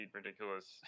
ridiculous